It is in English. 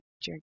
jerk